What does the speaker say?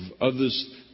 others